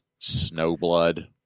Snowblood